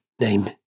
name